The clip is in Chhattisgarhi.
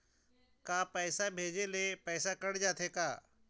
का पैसा भेजे ले पैसा कट जाथे का?